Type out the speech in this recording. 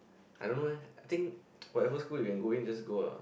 I don't know eh I think whatever school you can go in just go ah